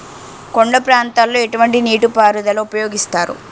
కొండ ప్రాంతాల్లో ఎటువంటి నీటి పారుదల ఉపయోగిస్తారు?